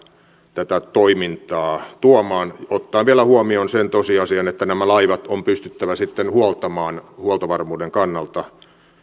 tätä toimintaa tuomaan ottaen vielä huomioon sen tosiasian että nämä laivat on pystyttävä sitten huoltamaan huoltovarmuuden